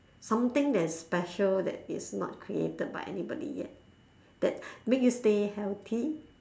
something that is special that is not created by anybody yet that make you stay healthy